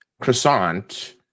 croissant